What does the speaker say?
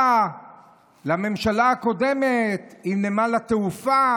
הייתה לממשלה הקודמת התנהגות לא טובה עם נמל התעופה.